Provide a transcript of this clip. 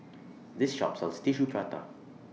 This Shop sells Tissue Prata